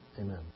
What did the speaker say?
Amen